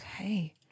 Okay